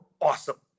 awesome